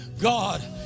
God